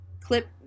clip